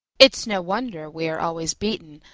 it's no wonder we are always beaten,